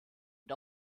und